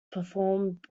performed